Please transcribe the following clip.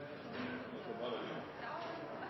må stå